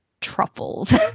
truffles